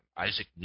Isaac